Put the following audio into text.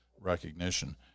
recognition